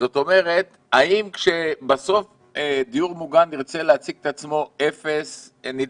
זאת אומרת האם כשבסוף דיור מוגן ירצה להציג את עצמו אפס נדבקים,